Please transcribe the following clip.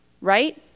right